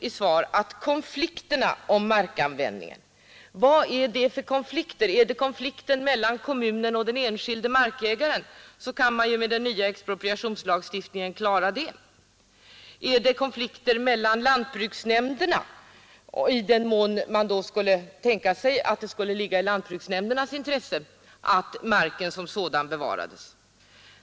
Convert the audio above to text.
I svaret talas om ”konflikter om markanvändningen”. Vad är det för konflikter? Är det konflikter mellan kommunen och den enskilde markägaren, så kan man ju med den nya expropriationslagstiftningen klara det problemet. Är det konflikter mellan lantbruksnämnden och kommunen i den mån det skulle ligga i lantbruksnämndens intresse att marken som sådan bevarades?